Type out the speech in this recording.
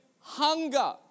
hunger